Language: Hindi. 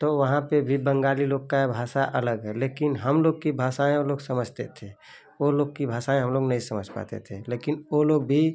तो वहाँ पर भी बंगाली लोग का भासा अलग है लेकिन हम लोग की भासाएँ ओ लोग समझते थे वो लोग की भासाएँ हम लोग नही समझ पाते थे लेकिन ओ लोग भी